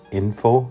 info